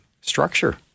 structure